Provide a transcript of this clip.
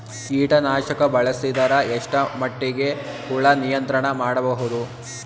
ಕೀಟನಾಶಕ ಬಳಸಿದರ ಎಷ್ಟ ಮಟ್ಟಿಗೆ ಹುಳ ನಿಯಂತ್ರಣ ಮಾಡಬಹುದು?